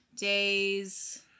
Days